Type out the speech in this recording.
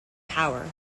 power